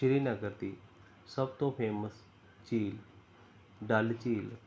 ਸ਼੍ਰੀਨਗਰ ਦੀ ਸਭ ਤੋਂ ਫੇਮਸ ਝੀਲ ਡੱਲ ਝੀਲ